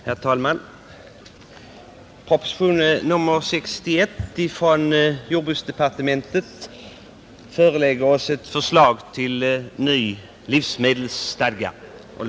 Herr talman! Proposition nr 61 från jordbruksdepartementet förelägger oss ett förslag till ny livsmedelslag.